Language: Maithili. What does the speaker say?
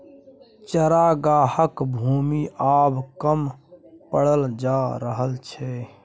चरागाहक भूमि आब कम पड़ल जा रहल छै